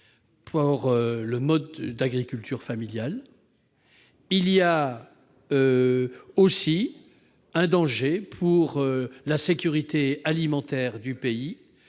pour le mode d'agriculture familiale, mais aussi pour la sécurité alimentaire du pays.